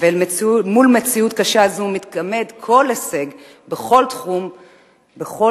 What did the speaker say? ומול מציאות קשה זו מתגמד כל הישג בכל תחום כלשהו,